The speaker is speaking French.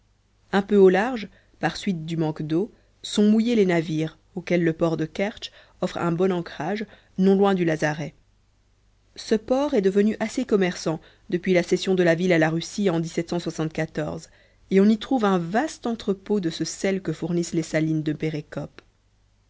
un peu au large par suite du manque d'eau sont mouillés les navires auxquels le port de kertsch offre un bon ancrage non loin du lazaret ce port est devenu assez commerçant depuis la cession de la ville à la russie en et on y trouve un vaste entrepôt de ce sel que fournissent les salines de